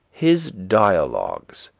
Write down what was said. his dialogues,